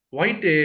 White